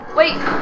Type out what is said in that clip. Wait